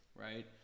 right